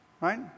right